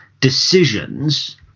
decisions